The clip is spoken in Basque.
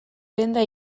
denda